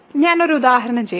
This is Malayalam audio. ഞാൻ ഒരു ഉദാഹരണം ചെയ്യട്ടെ